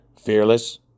fearless